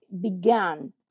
began